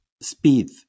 speed